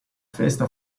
festa